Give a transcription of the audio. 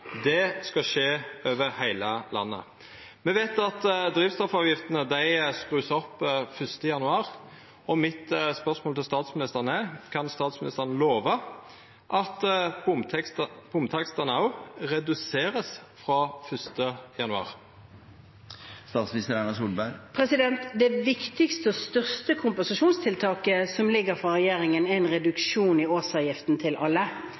Det skal skje over heile landet. Me veit at drivstoffavgiftene vert skrudde opp den 1. januar, og mitt spørsmål til statsministeren er: Kan statsministeren lova at bomtakstane òg vert reduserte frå 1. januar? Det viktigste og største kompensasjonstiltaket som foreligger fra regjeringen, er en reduksjon i årsavgiften til alle.